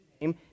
name